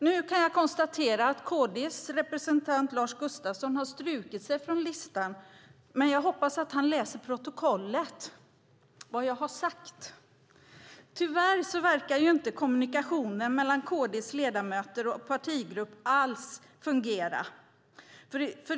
Nu kan jag konstatera att KD:s representant Lars Gustafsson har strukit sig från talarlistan, men jag hoppas att han läser i protokollet vad jag har sagt. Tyvärr verkar kommunikationen mellan KD:s ledamöter och partigrupp inte alls fungera.